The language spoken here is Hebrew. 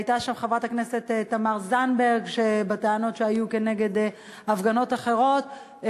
הייתה שם חברת הכנסת תמר זנדברג עם טענות על הפגנות אחרות,